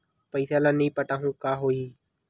पईसा ल नई पटाहूँ का होही?